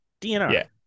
DNR